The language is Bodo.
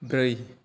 ब्रै